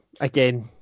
again